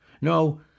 No